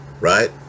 right